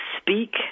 speak